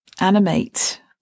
animate